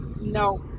no